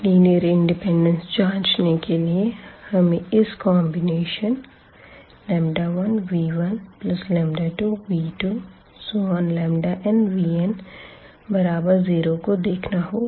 linear independence जाँचने के लिए हमें इस कॉन्बिनेशन 1v12v2nvn0 को देखना होगा